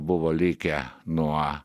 buvo likę nuo